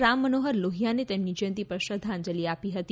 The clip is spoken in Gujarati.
રામ મનોહર લોહિયાને તેમની જયંતિ પર શ્રદ્ધાંજલી આપી હતી